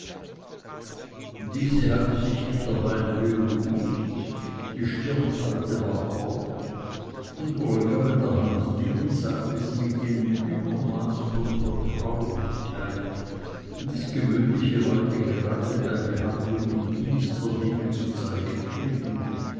diese hatte sich mittlerweile beruhigt die stirnfalte war fort und olga bei der hand nehmend sagte sie mit jenem übermaß von vertraulichkeit das gewöhnliche leute gerade bei behandlung intimster dinge zu zeigen pflegen